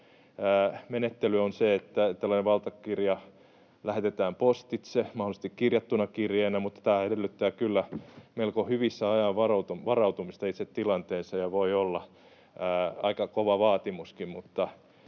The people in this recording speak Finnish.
perusmenettely on se, että tällainen valtakirja lähetetään postitse mahdollisesti kirjattuna kirjeenä, mutta tämä edellyttää kyllä melko hyvissä ajoin varautumista itse tilanteeseen ja voi olla aika kova vaatimuskin,